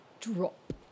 Drop